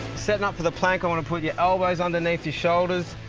setting up for the plank, i want to put your elbows underneath your shoulders,